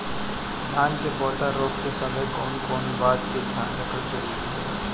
धान के पौधा रोप के समय कउन कउन बात के ध्यान रखल जरूरी होला?